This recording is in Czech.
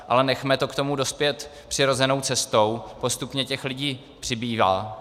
Ale nechme to k tomu dospět přirozenou cestou, postupně těch lidí přibývá.